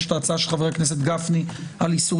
יש הצעה של חבר הכנסת גפני על איסור